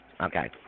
Okay